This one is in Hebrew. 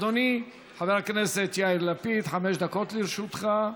אדוני חבר הכנסת יאיר לפיד, חמש דקות לרשותך.